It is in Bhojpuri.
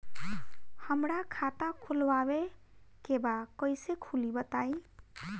हमरा खाता खोलवावे के बा कइसे खुली बताईं?